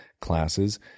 classes